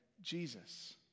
Jesus